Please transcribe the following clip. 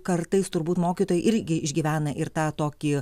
kartais turbūt mokytojai irgi išgyvena ir tą tokį